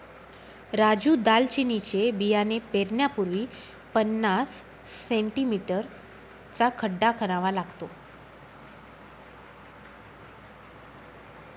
राजू दालचिनीचे बियाणे पेरण्यापूर्वी पन्नास सें.मी चा खड्डा खणावा लागतो